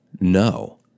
no